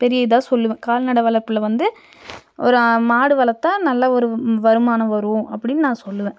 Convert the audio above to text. பெரிய இதாக சொல்லுவேன் கால்நடை வளர்ப்புல வந்து ஒரு மாடு வளர்த்தா நல்ல ஒரு வருமானம் வரும் அப்படின்னு நான் சொல்லுவேன்